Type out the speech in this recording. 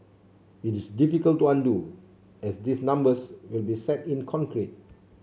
it is difficult to undo as these numbers will be set in concrete